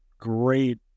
great